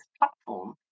platform